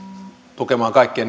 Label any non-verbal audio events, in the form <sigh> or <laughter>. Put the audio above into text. tukemaan kaikkia <unintelligible>